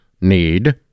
need